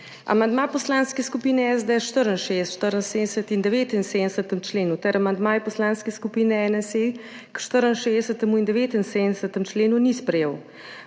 Amandmajev Poslanske skupine SDS k 64., 74. in 79. členu ter amandmajev Poslanske skupine NSi k 64. in 79. členu ni sprejel.